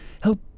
help